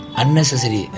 unnecessary